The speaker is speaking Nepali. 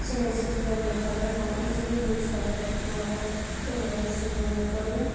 सिनियर सिटिजनले पनि अब इजिली युज गर्ने टाइपको अब टेक्नोलोजिसहरू हुनुपऱ्यो